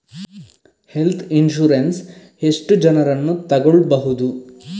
Health insurance ಎಷ್ಟು ಜನರನ್ನು ತಗೊಳ್ಬಹುದು?